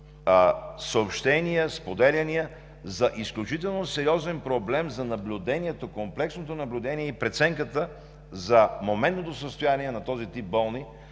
съобщения, споделяния за изключително сериозен проблем за комплексното наблюдение и преценката за моментното състояние на този тип болни